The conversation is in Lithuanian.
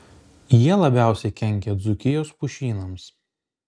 jie labiausiai kenkia dzūkijos pušynams